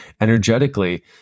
energetically